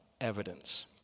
evidence